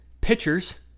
pitchers